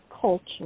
culture